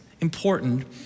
important